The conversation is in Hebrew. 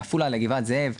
מעפולה לגבעת זאב,